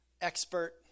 expert